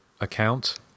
account